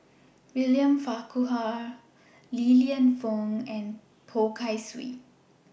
William Farquhar Li Lienfung and Poh Kay Swee